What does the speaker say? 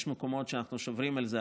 יש מקומות שאנחנו שומרים על זה,